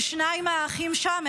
ששניים מהאחים שם,